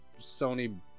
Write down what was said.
Sony